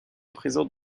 présentes